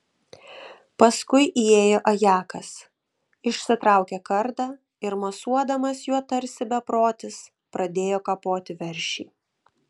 paskui įėjo ajakas išsitraukė kardą ir mosuodamas juo tarsi beprotis pradėjo kapoti veršį